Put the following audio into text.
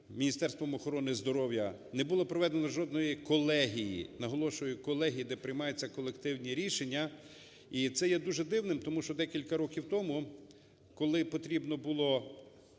Міністерством охорони здоров'я, не було проведено жодної колегії, наголошую, колегії, де приймаються колективні рішення. І це є дуже дивним, тому що декілька років тому, коли потрібно було,